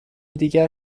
دیگر